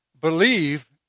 believe